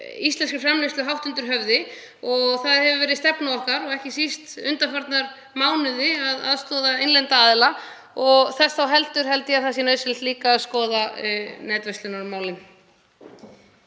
íslenskri framleiðslu hátt undir höfði og það hefur verið stefna okkar, ekki síst undanfarna mánuði, að aðstoða innlenda aðila og þess þá heldur held ég að nauðsynlegt sé að skoða líka netverslunarmálin.